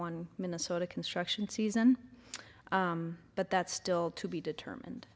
one minnesota construction season but that's still to be determined